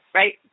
right